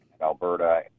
Alberta